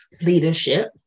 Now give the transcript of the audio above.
leadership